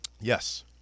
Yes